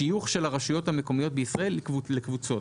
שיוך של הרשויות המקומיות בישראל לקבוצות,